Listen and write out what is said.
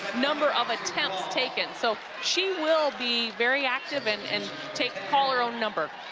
number of attempts taken so, she will be very active and and take call her own number.